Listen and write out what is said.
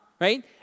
right